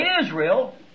Israel